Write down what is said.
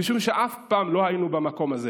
משום שאף פעם לא היינו במקום הזה.